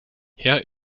herr